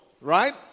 right